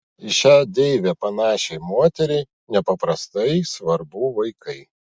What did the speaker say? į šią deivę panašiai moteriai nepaprastai svarbu vaikai